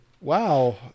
Wow